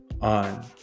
on